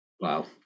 Wow